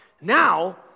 Now